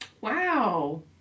Wow